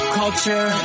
culture